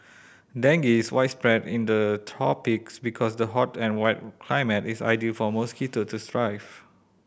dengue is widespread in the tropics because the hot and wet climate is ideal for mosquitoes to thrive